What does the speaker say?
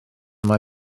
mae